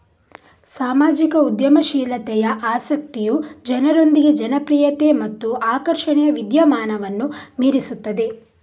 ಸಾಮಾಜಿಕ ಉದ್ಯಮಶೀಲತೆಯ ಆಸಕ್ತಿಯು ಜನರೊಂದಿಗೆ ಜನಪ್ರಿಯತೆ ಮತ್ತು ಆಕರ್ಷಣೆಯ ವಿದ್ಯಮಾನವನ್ನು ಮೀರಿಸುತ್ತದೆ